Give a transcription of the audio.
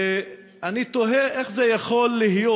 ואני תוהה איך זה יכול להיות,